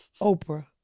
Oprah